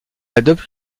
adopte